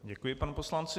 Děkuji panu poslanci.